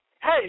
Hey